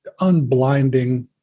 unblinding